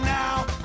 now